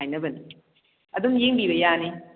ꯍꯥꯏꯅꯕꯅꯤ ꯑꯗꯨꯝ ꯌꯦꯡꯕꯤꯕ ꯌꯥꯅꯤ